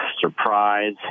surprise